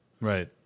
Right